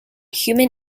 human